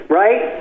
right